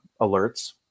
alerts